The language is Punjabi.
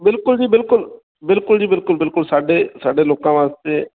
ਬਿਲਕੁਲ ਜੀ ਬਿਲਕੁਲ ਬਿਲਕੁਲ ਜੀ ਬਿਲਕੁਲ ਬਿਲਕੁਲ ਸਾਡੇ ਸਾਡੇ ਲੋਕਾਂ ਵਾਸਤੇ